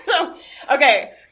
Okay